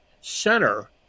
center